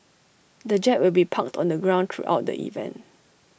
the jet will be parked on the ground throughout the event